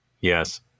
Yes